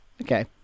Okay